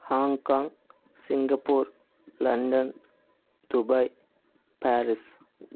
Hong Kong Singapore London Dubai Paris